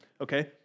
Okay